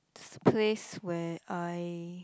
place where I